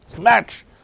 Match